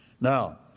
Now